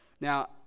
Now